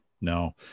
no